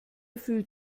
fühlt